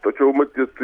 tačiau matyt